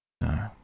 no